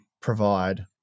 provide